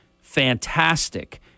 fantastic